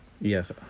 yes